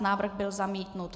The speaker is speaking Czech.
Návrh byl zamítnut.